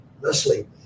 Leslie